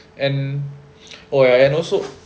and oh ya and also